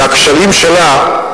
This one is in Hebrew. והכשלים שלה,